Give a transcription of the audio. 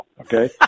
Okay